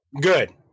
Good